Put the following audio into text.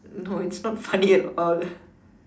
no it's not funny at all